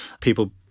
People